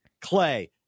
Clay